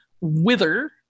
wither